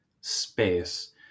space